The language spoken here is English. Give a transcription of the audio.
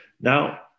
Now